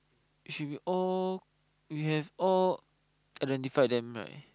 it should be all we have all identified them right